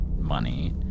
money